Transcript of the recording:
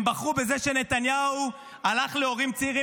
הם בחרו בזה שנתניהו הלך להורים צעירים